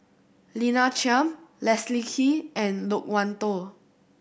Lina Chiam Leslie Kee and Loke Wan Tho